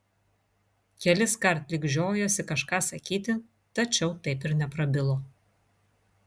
keliskart lyg žiojosi kažką sakyti tačiau taip ir neprabilo